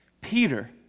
Peter